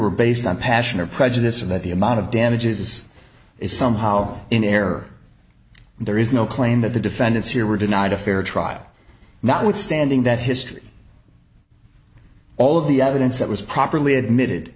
were based on passion or prejudice or that the amount of damages is somehow in error and there is no claim that the defendants here were denied a fair trial notwithstanding that history all of the evidence that was properly admitted